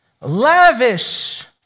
lavish